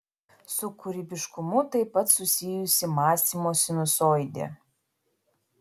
su kūrybiškumu taip pat susijusi mąstymo sinusoidė